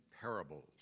parables